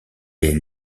est